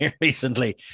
Recently